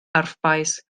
arfbais